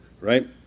right